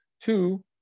two